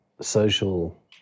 social